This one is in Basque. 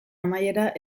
amaiera